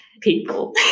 people